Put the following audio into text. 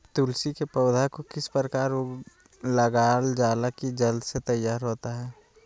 तुलसी के पौधा को किस प्रकार लगालजाला की जल्द से तैयार होता है?